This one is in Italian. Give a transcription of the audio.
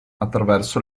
attraverso